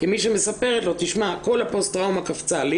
כמי שמספרת לו שכל הפוסט טראומה קפצה לי